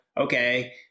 okay